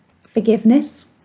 forgiveness